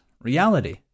reality